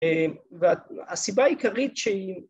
‫והסיבה העיקרית שהיא...